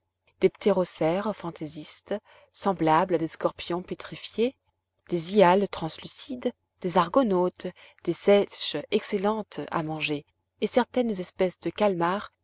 des ptérocères fantaisistes semblables à des scorpions pétrifiés des hyales translucides des argonautes des seiches excellentes à manger et certaines espèces de calmars